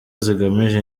zigamije